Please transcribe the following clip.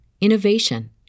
innovation